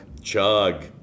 Chug